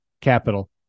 Capital